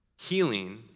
healing